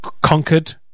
Conquered